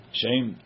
shame